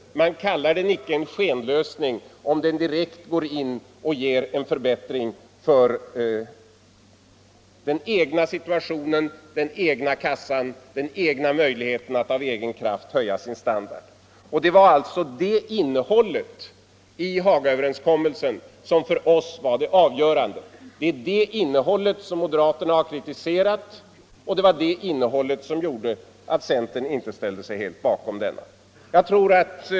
Man kallar den icke en skenlösning om den ger en direkt förbättring av den egna kassan och möjligheten att av egen kraft höja sin standard. Det var det innehållet i Hagaöverenskommelsen som för oss var det avgörande — det innehåll som moderaterna har kritiserat och som centern inte ställt sig helt bakom.